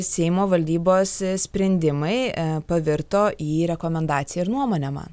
seimo valdybos sprendimai pavirto į rekomendaciją ir nuomonę man